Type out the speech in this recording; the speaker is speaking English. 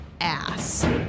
ass